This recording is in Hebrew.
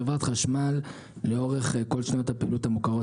חברת חשמל לאורך כל שנות הפעילות המוכרות,